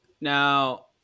Now